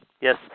Yes